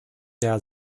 der